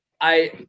I-